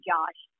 Josh